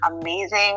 amazing